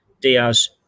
Diaz